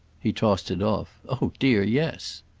he tossed it off. oh dear, yes!